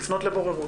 לפנות לבוררות.